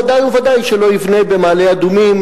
ודאי וודאי שלא יבנה במעלה- אדומים,